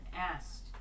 asked